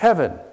Heaven